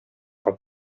for